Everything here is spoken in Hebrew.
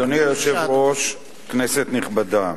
אדוני היושב-ראש, כנסת נכבדה,